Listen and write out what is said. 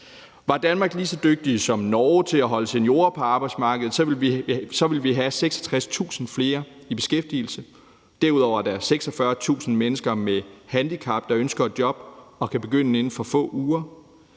i Danmark lige så dygtige som i Norge til at holde seniorer på arbejdsmarkedet, ville vi have 66.000 flere i beskæftigelse. Derudover er der 46.000 mennesker med handicap, der ønsker et job, og som kan begynde inden for få uger.